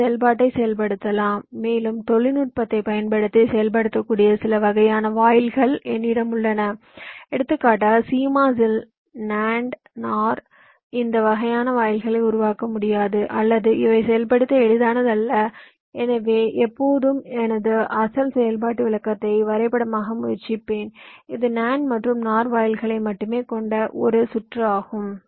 ஒரு செயல்பாட்டை செயல்படுத்தலாம் மேலும் தொழில்நுட்பத்தைப் பயன்படுத்தி செயல்படுத்தக்கூடிய சில வகையான வாயில்கள் என்னிடம் உள்ளன எடுத்துக்காட்டாக CMOS இல் நான் NAND NOR இந்த வகையான வாயில்களை உருவாக்க முடியாது அல்லது இவை செயல்படுத்த எளிதானது அல்ல எனவே எப்போதும் எனது அசல் செயல்பாட்டு விளக்கத்தை வரைபடமாக்க முயற்சிப்பேன் இது NAND மற்றும் NOR வாயில்களை மட்டுமே கொண்ட ஒரு சுற்று ஆகும்